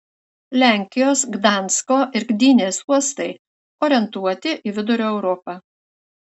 lenkijos gdansko ir gdynės uostai orientuoti į vidurio europą